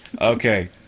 Okay